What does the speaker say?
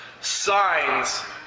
signs